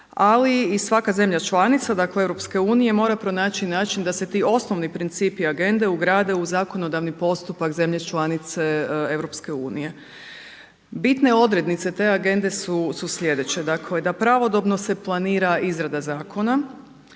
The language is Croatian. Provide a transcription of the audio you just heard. ali i svaka zemlja članica, dakle EU mora pronaći način da se ti osnovni principi agende ugrade u zakonodavni postupak zemlje članice EU. Bitne odrednice te agende su sljedeće. Dakle da pravodobno se planira izrada zakona,